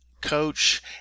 coach